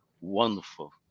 wonderful